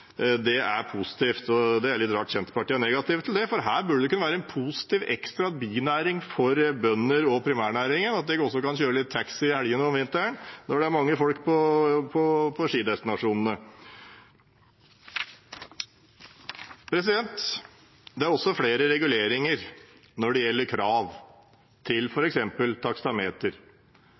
Det er positivt, og det er litt rart at Senterpartiet er negative til det, for det burde kunne være en positiv ekstra binæring for bønder og primærnæringen at de også kan kjøre litt taxi i helgene om vinteren når det er mange folk på skidestinasjonene. Det er også flere reguleringer når det gjelder krav til